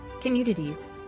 communities